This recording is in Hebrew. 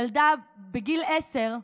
ילדה בגיל עשר,